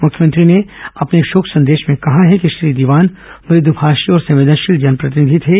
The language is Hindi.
मुख्यमंत्री ने अपने शोक संदेश में कहा है कि श्री दीवान मुद्भाषी और संवेदनशील जनप्रतिनिधि थे